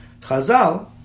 Chazal